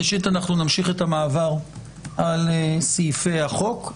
ראשית, אנחנו נמשיך את המעבר על סעיפי החוק.